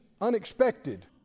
unexpected